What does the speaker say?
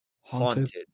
haunted